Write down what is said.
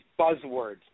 buzzwords